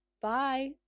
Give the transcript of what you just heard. Bye